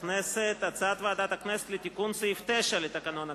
הניחה ועדת הכנסת על שולחן הכנסת הצעה לתיקון סעיף 9 לתקנון הכנסת.